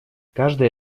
каждый